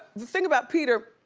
the thing about peter,